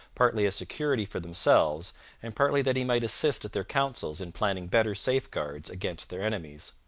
partly as security for themselves and partly that he might assist at their councils in planning better safeguards against their enemies.